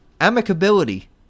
amicability